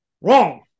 Wrong